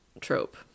trope